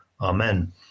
Amen